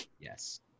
Yes